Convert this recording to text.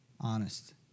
Honest